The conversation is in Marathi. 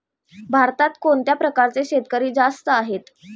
भारतात कोणत्या प्रकारचे शेतकरी जास्त आहेत?